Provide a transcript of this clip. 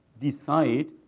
decide